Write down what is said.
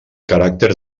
caràcter